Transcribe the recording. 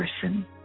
person